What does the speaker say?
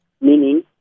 meaning